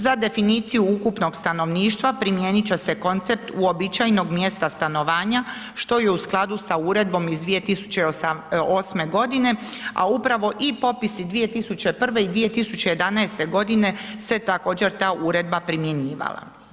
Za definiciju ukupnog stanovništva primijenit će koncept uobičajenog mjesta stanovanja što je u skladu sa uredbom iz 2008. godine, a upravo i popisi i 2001. i 2011. godine se također se ta uredba primjenjivala.